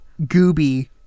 Gooby